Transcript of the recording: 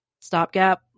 stopgap